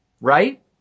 right